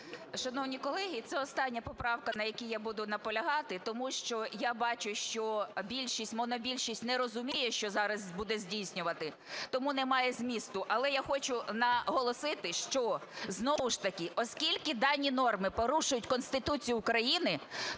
Шановні колеги, це остання поправка, на якій я буду наполягати. Тому що я бачу, що більшість, монобільшість, не розуміє, що зараз буде здійснювати, тому немає змісту. Але я хочу наголосити, що знову ж таки оскільки дані норми порушують Конституцію України,